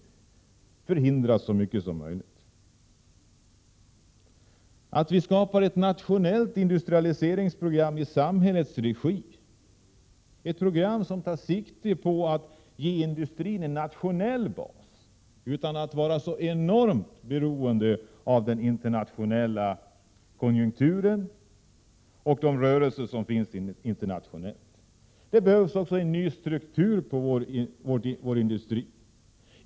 Vi vill skapa ett nationellt program för industrialisering i samhällets regi, ett program som tar sikte på att ge industrin en nationell bas, så att den inte blir så enormt beroende av den internationella konjunkturen och de rörelser som finns internationellt. Det behövs också en ny struktur på vår industri.